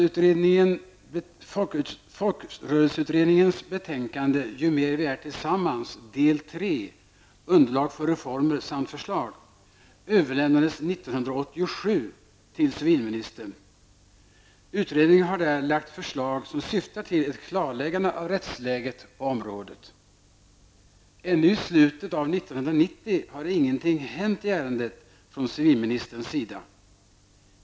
Utredningen har där lagt fram förslag som syftar till ett klarläggande av rättsläget på området. Ännu i slutet av 1990 har ingenting hänt i ärendet från civilministerns sida.